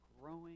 growing